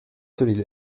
solides